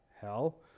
hell